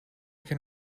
can